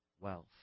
wealth